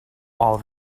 all